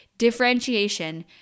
Differentiation